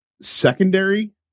secondary